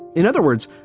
in other words,